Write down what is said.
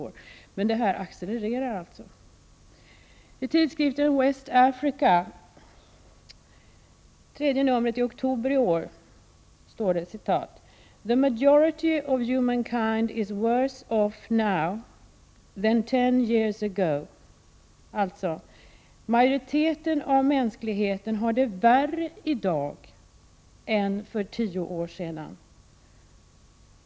Utvecklingen accelererar alltså. Tidskriften West Africa skriver i sitt tredje nummer i oktober i år: ”The majority of humankind is worse off now than 10 years ago.” Det betyder: Majoriteten av mänskligheten har det värre i dag än för tio år sedan.